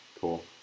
Cool